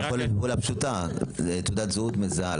זו פעולה פשוטה, זו תעודת זהות מזהה.